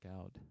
out